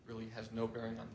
really has no bearing on